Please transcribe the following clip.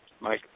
Mike